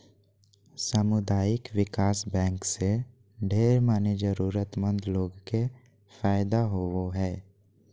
सामुदायिक विकास बैंक से ढेर मनी जरूरतमन्द लोग के फायदा होवो हय